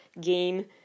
game